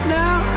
now